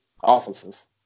offices